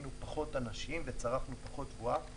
שהיינו פחות אנשים וצרכנו פחות תבואה,